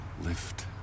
Lift